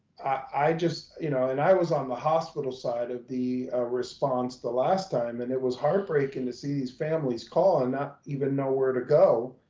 i just, you know, and i was on the hospital side of the response the last time. and it was heartbreaking to see these families call and not even know where to go,